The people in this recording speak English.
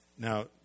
Now